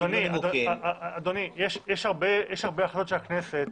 אדוני, יש הרבה החלטות של הכנסת